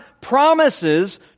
promises